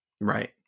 Right